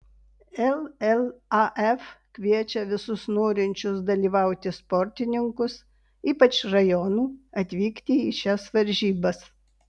llaf kviečia visus norinčius dalyvauti sportininkus ypač rajonų atvykti į šias varžybas